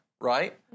right